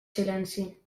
silenci